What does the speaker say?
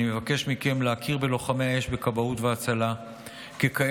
אני מבקש מכם להכיר בלוחמי האש בכבאות והצלה ככאלה